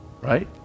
Right